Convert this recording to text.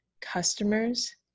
customers